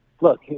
Look